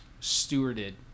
stewarded